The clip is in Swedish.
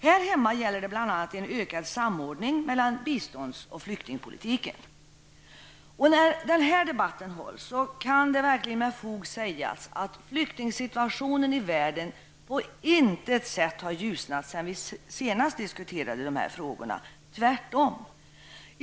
Här hemma gäller det bl.a. en ökad samordning mellan bistånds och flyktingpolitiken. När denna debatt hålls, kan det med fog sägas att flyktingsituationen i världen på intet sätt har ljusnat sedan vi senast diskuterade dessa frågor, tvärtom.